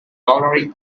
already